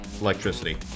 electricity